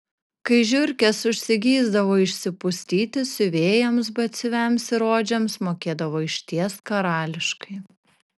kai žiurkės užsigeisdavo išsipustyti siuvėjams batsiuviams ir odžiams mokėdavo išties karališkai